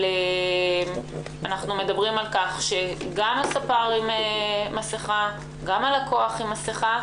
אבל אנחנו מדברים על כך שגם הספר עם מסכה וגם הלקוח עם מסכה,